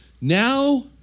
now